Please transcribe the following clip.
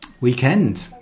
weekend